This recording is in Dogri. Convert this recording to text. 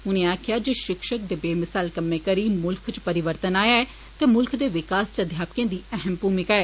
उनें आक्खेआ जे शिक्षक दे बेमिसाल कम्मै करी मुल्ख च परिवर्तन आया ऐ ते मुल्ख दे विकास च अध्यापकें दी अहम भूमिका ऐ